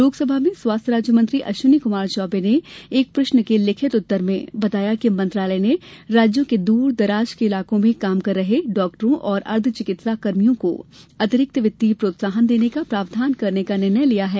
लोकसभा में स्वास्थ्य राज्य मंत्री अश्विनी कुमार चौबे ने एक प्रश्न के लिखित उत्तर में बताया कि मंत्रालय ने राज्यों के दूर दराज के इलाकों में काम कर रहे चिकित्सकों और अर्द्व चिकित्सा कर्मियों को अतिरिक्त वित्तीय प्रोत्साहन देने का प्रावधान करने का निर्णय लिया है